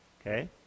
okay